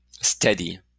steady